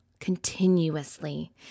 continuously